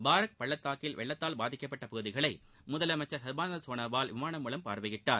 Barack பள்ளத்தாக்கில் வெள்ளத்தால் பாதிக்கப்பட்ட பகுதிகளை முதலமைச்சர் சர்பானந்த சோனோவால் விமானம் மூலம் பார்வையிட்டார்